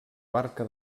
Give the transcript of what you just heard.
barca